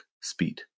speed